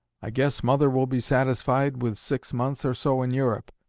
i guess mother will be satisfied with six months or so in europe.